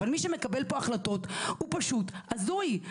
אבל מי שמקבל פה את החלטות הוא פשוט הזוי.